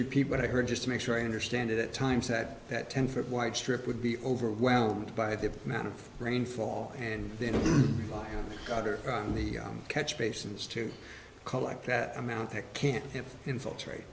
repeat what i heard just to make sure i understand it at times that that ten foot wide strip would be overwhelmed by the amount of rainfall and then a gutter on the catch basins to collect that amount they can't infiltrate